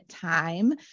time